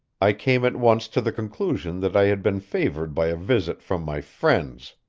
i came at once to the conclusion that i had been favored by a visit from my friends,